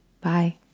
Bye